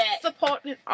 supporting